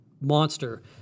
monster